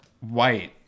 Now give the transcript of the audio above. White